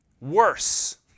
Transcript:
Worse